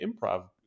improv